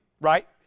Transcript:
right